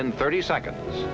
in thirty seconds